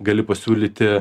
gali pasiūlyti